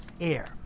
air